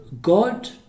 God